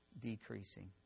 decreasing